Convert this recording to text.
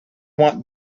want